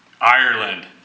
Ireland